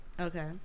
Okay